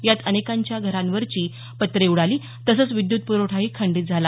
यात अनेकांच्या घरांवरची पत्रे उडाली तसंच विद्युत प्रवठाही खंडीत झाला